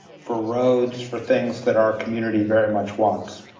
for roads, for things that our community very much wants.